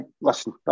listen